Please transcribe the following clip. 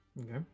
Okay